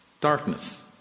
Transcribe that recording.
darkness